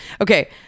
Okay